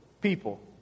people